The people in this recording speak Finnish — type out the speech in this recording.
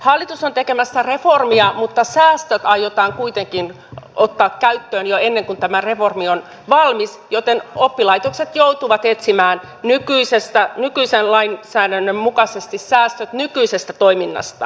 hallitus on tekemässä reformia mutta säästöt aiotaan kuitenkin ottaa käyttöön jo ennen kuin tämä reformi on valmis joten oppilaitokset joutuvat etsimään nykyisen lainsäädännön mukaisesti säästöt nykyisestä toiminnastaan